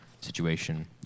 situation